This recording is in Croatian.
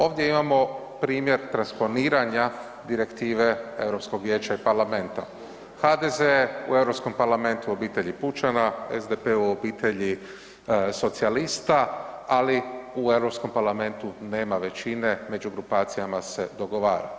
Ovdje imamo primjer transformiranja direktive Europskog vijeća i parlamenta, HDZ je u Europskom parlamentu u obitelji Pučana, SDP u obitelji Socijalista, ali u Europskom parlamentu nema većine, među grupacijama se dogovara.